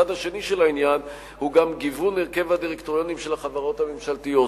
הצד השני של העניין הוא גיוון הרכב הדירקטוריונים של החברות הממשלתיות,